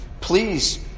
Please